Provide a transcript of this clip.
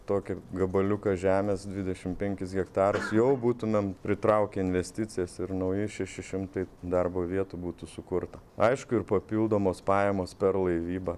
tokį gabaliuką žemės dvidešim penkis hektarus jau būtumėm pritraukę investicijas ir nauji šeši šimtai darbo vietų būtų sukurta aišku ir papildomos pajamos per laivybą